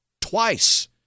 twice